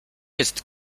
jest